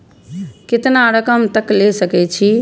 केतना रकम तक ले सके छै?